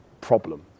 problem